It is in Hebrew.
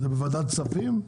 זה בוועדת הכספים?